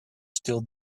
still